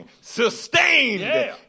sustained